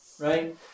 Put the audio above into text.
right